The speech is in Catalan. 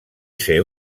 ser